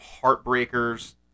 heartbreakers